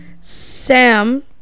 Sam